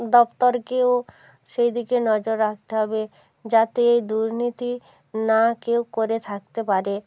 দপ্তরকেও সেদিকে নজর রাখতে হবে যাতে দুর্নীতি না কেউ করে থাকতে পারে